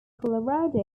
colorado